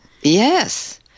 yes